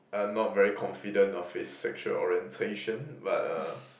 I'm not very confident of his sexual orientation but uh